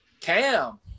Cam